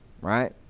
Right